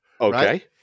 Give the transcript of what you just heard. okay